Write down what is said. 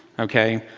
ok.